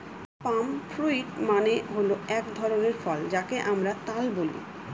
পাম fruit মানে হল এক ধরনের ফল যাকে আমরা তাল বলি